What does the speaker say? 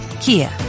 Kia